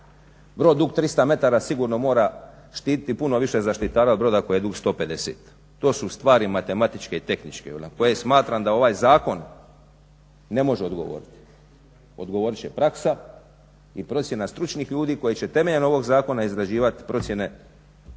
Brod dug 300 metara sigurno mora štititi puno više zaštitara od broda koji je dug 150. To su stvari matematičke i tehničke na koje smatram da ovaj zakon ne može odgovoriti. Odgovorit će praksa i procjena stručnih ljudi koji će temeljem ovog zakona izgrađivat procjene